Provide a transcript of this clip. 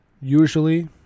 usually